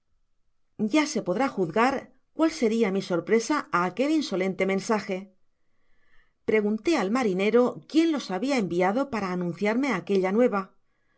ya se podrá juzgar cuál seria mi sorpresa á aquel insolente mensaje pregunté al marinero quién los habia enviado para anunciarme aquella nueva